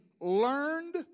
learned